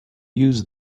use